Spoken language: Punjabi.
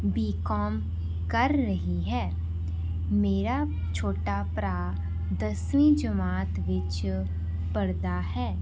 ਬੀ ਕੌਮ ਕਰ ਰਹੀ ਹੈ ਮੇਰਾ ਛੋਟਾ ਭਰਾ ਦਸਵੀਂ ਜਮਾਤ ਵਿੱਚ ਪੜ੍ਹਦਾ ਹੈ